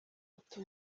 uti